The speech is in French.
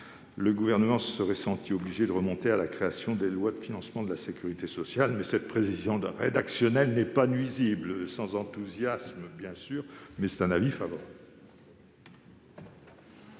le Gouvernement se soit senti obligé de remonter à la création des lois de financement de la sécurité sociale, mais cette précision rédactionnelle n'est pas nuisible ! Sans enthousiasme, bien sûr, la commission émet un avis favorable